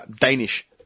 Danish